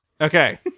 Okay